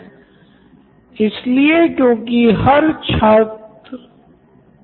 Shyam Paul M मैं ऐसा मानता हूँ की ये अध्यापक के लिए काफी मुश्किल भी होगा